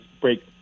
break